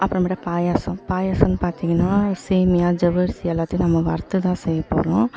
அப்புறமேட்டு பாயாசம் பாயாசம்னு பார்த்தீங்கனா சேமியா ஜவ்வரிசி எல்லாத்தையும் நம்ம வறுத்து தான் செய்யப் போகிறோம்